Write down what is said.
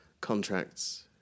contracts